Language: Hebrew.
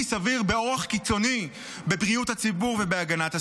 סביר באורח קיצוני בבריאות הציבור ובהגנת הסביבה.